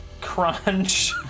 Crunch